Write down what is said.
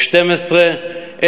או שתים-עשרה.